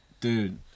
dude